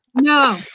No